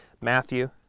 Matthew